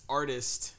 artist